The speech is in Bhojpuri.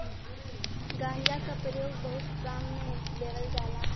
गांजा क परयोग बहुत काम में लेवल जाला